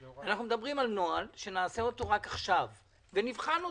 אנחנו מדברים על נוהל שנעשה אותו רק עכשיו ונבחן אותו,